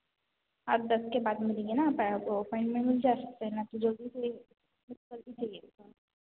आप दस के बाद मिलेंगे न प ओ में जा सकते न तो जो